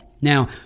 Now